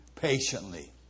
patiently